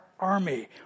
Army